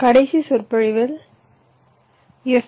மேலும் கடைசி சொற்பொழிவில் எஃப்